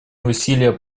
усилия